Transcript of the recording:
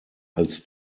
als